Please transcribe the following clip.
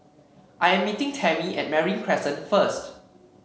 I am meeting Tammy at Marine Crescent first